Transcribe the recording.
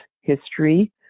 history